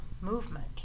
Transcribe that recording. movement